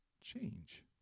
change